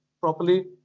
properly